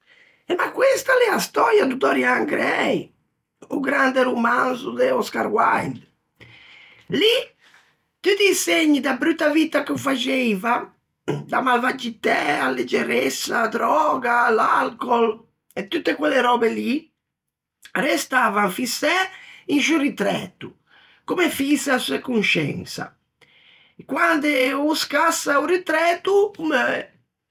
E ma questa a l'é a stöia de Dorian Gray, o grande romanzo de Oscar Wilde. Lì, tutti i segni da brutta vitta che o faxeiva, da malvagitæ, a leggeressa, a dröga, l'alcol, e tutte quelle röbe lì, restavan fissæ in sciô ritræto, comme fïse a seu consciensa. Quande o scassa o ritræto, o meue.